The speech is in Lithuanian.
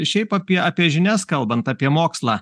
šiaip apie apie žinias kalbant apie mokslą